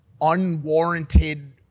unwarranted